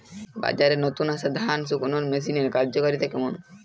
বাজারে নতুন আসা ধান শুকনোর মেশিনের কার্যকারিতা কেমন?